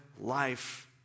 life